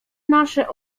nasze